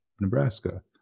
Nebraska